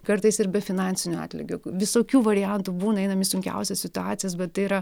kartais ir be finansinio atlygio visokių variantų būna einam į sunkiausias situacijas bet tai yra